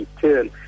turn